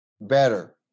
better